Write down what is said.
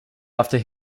after